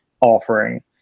offering